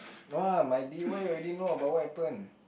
[wah] my d_y already know about what happen